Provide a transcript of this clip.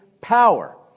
power